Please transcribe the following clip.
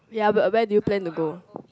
ya but where do you plan to go